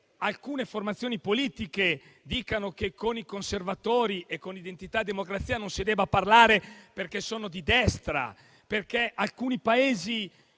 alcune formazioni politiche dicano che con i conservatori e con Identità e Democrazia non si debba parlare perché sono di destra e che con alcuni Paesi